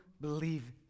believe